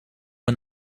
een